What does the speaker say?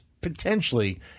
potentially